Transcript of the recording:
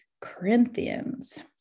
Corinthians